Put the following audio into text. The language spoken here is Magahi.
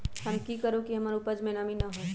हम की करू की हमर उपज में नमी न होए?